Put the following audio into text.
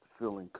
feeling